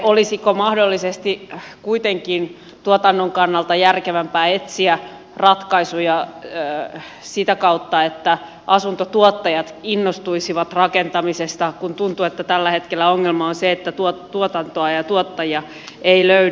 olisiko mahdollisesti kuitenkin tuotannon kannalta järkevämpää etsiä ratkaisuja sitä kautta että asuntotuottajat innostuisivat rakentamisesta kun tuntuu että tällä hetkellä ongelma on se että tuotantoa ja tuottajia ei löydy